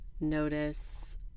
notice